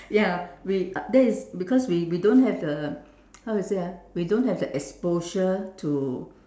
ya we that is because we we don't have the how to say ah we don't have the exposure to